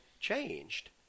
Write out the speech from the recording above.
changed